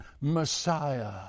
messiah